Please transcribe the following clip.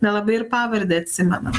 nelabai ir pavardę atsimenam